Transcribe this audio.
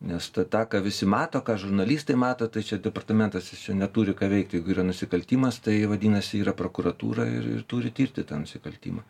nest tą tą ką visi mato ką žurnalistai mato tai čia departamentas jis čia neturi ką veikti jeigu yra nusikaltimas tai vadinasi yra prokuratūra ir ir turi tirti tą nusikaltimą